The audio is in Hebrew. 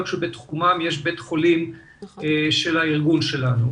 שבתחומן יש בית חולים של הארגון שלנו,